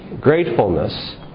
gratefulness